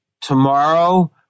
tomorrow